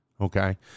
Okay